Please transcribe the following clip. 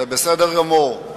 גם אני לא מוצאת בך, זה בסדר גמור.